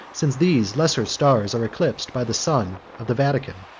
since these lesser stars are eclipsed by the sun of the vatican,